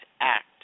Act